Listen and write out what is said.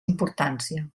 importància